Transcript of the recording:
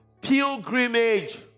Pilgrimage